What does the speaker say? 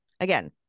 again